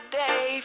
day